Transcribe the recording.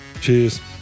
Cheers